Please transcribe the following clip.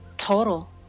total